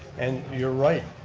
and you're right,